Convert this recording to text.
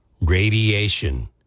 radiation